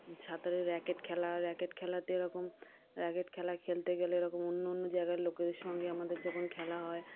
সাঁতারে র্যাকেট খেলা র্যাকেট খেলাতে এরকম র্যাকেট খেলা খেলতে গেলে এরকম অন্য অন্য জায়গার লোকেদের সঙ্গে আমাদের যখন খেলা হয়